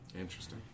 Interesting